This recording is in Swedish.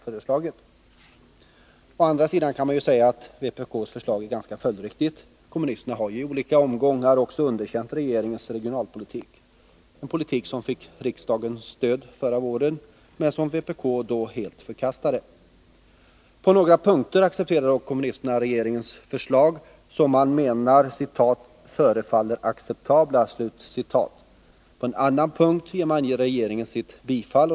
79 Å andra sidan kan man säga att vpk:s förslag är ganska följdriktigt. Kommunisterna har i olika omgångar underkänt regeringens regionalpolitik — en politik som fick riksdagens stöd förra våren men som vpk då helt förkastade. På några punkter accepterar dock kommunisterna regeringens förslag, som man menar ”förefaller acceptabla”. På en annan punkt ger man också regeringen sitt bifall.